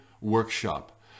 workshop